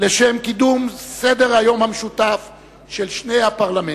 לשם קידום סדר-היום המשותף של שני הפרלמנטים.